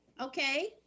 Okay